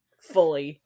Fully